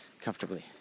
comfortably